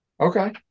Okay